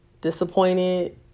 disappointed